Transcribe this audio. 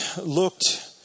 looked